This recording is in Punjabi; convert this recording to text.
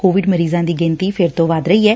ਕੋਵਿਡ ਮਰੀਜ਼ਾਂ ਦੀ ਗਿਣਤੀ ਫਿਰ ਤੋਂ ਵੱਧ ਰਹੀ ਐ